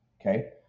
Okay